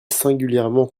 singulièrement